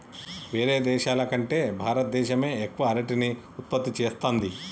వేరే దేశాల కంటే భారత దేశమే ఎక్కువ అరటిని ఉత్పత్తి చేస్తంది